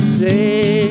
say